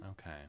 okay